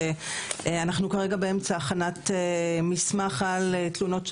שאנחנו כרגע באמצע הכנת מסמך על תלונות,